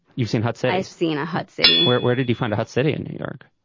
you've seen huts. i've seen a hut city where it where did you find a hot city in new york.